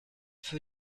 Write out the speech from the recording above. für